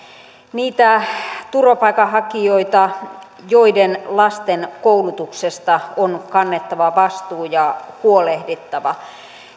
niitä turvapaikanhakijoita joiden lasten koulutuksesta on kannettava vastuu ja joista on huolehdittava